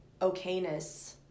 okayness